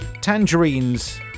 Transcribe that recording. tangerines